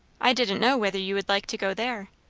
i didn't know whether you would like to go there.